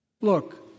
Look